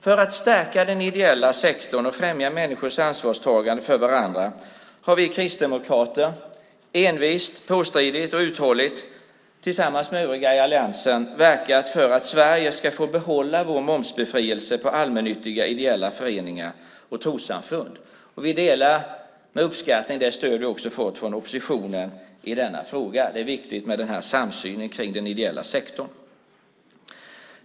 För att stärka den ideella sektorn och främja människors ansvarstagande för varandra har vi kristdemokrater envist, påstridigt och uthålligt tillsammans med övriga i alliansen verkat för att vi i Sverige ska få behålla vår momsbefrielse på allmännyttiga ideella föreningar och trossamfund. Vi uppskattar det stöd som vi också har fått från oppositionen i denna fråga. Det är viktigt med denna samsyn kring den ideella sektorn.